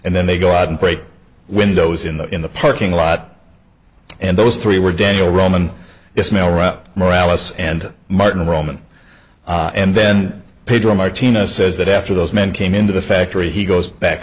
and then they go out and break windows in the in the parking lot and those three were daniel roman ismael rupp morales and martin roman and then pedro martinez says that after those men came into the factory he goes back